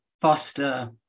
foster